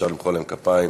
אפשר למחוא להם כפיים.